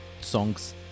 songs